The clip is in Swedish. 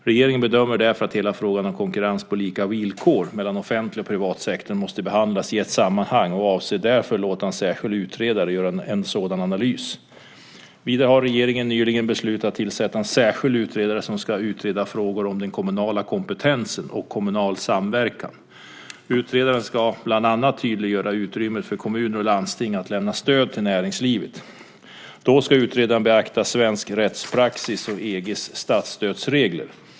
Regeringen bedömer därför att hela frågan om konkurrens på lika villkor mellan offentlig och privat sektor måste behandlas i ett sammanhang och avser därför låta en särskild utredare göra en sådan analys. Vidare har regeringen nyligen beslutat att tillsätta en särskild utredare som ska utreda frågor om den kommunala kompetensen och kommunal samverkan. Utredaren ska bland annat tydliggöra utrymmet för kommuner och landsting att lämna stöd till näringslivet. Då ska utredaren beakta svensk rättspraxis och EG:s statsstödsregler.